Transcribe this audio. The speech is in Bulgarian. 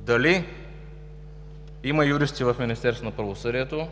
Дали има юристи в